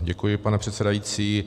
Děkuji, pane předsedající.